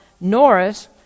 Norris